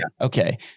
Okay